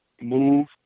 move